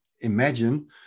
imagine